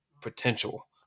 potential